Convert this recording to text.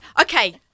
okay